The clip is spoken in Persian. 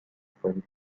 میکنی